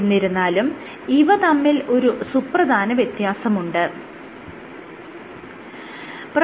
എന്നിരുന്നാലും ഇവ തമ്മിൽ ഒരു സുപ്രധാന വ്യത്യാസമുണ്ട് എന്നതാണ്